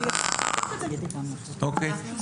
אוקיי.